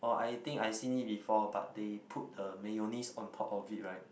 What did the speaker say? oh I think I seen it before but they put a mayonnaise on top of it right